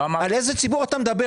על איזה ציבור אתה מדבר?